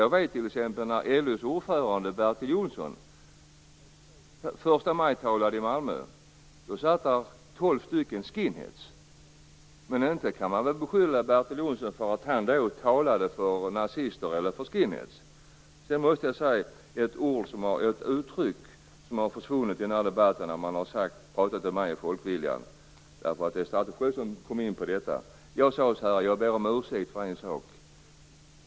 Jag vet t.ex. att när LO:s ordförande Bertil Jonsson förstamajtalade i Malmö satt det tolv stycken skinheads där. Inte kan man väl beskylla Bertil Jonsson för att han talade för nazister eller för skinheads. Jag måste säga att det finns ett uttryck som har försvunnit i den här debatten om Folkviljan. Det var statsrådet Schori som kom in på detta. Jag sade så här: Jag ber om ursäkt för en sak.